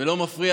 ולא מפריע.